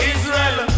Israel